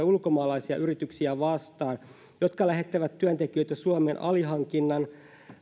ulkomaalaisia yrityksiä vastaan jotka lähettävät työntekijöitä suomeen alihankinnan